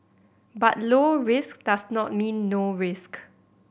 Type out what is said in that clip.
but low risk does not mean no risk